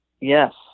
Yes